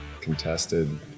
contested